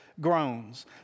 groans